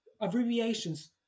abbreviations